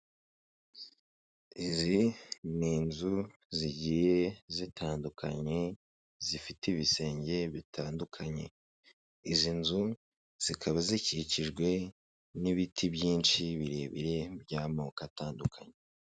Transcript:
Izi ni inzu zigiye zitandukanye zifite ibisenge bitandukanye, izi nzu zikaba zikikijwe n'ibiti byinshi birebire by'amoko atandukanye.